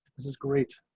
this is great.